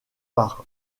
par